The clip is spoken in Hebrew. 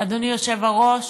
אדוני היושב-ראש.